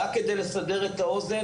רק כדי לסבר את האוזן,